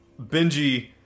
Benji